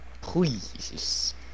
please